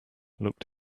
looked